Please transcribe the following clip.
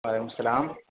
وعلیکم السلام